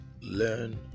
Learn